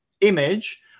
image